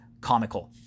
comical